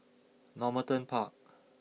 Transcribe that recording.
Normanton Park